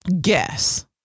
Guess